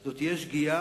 זה רציני.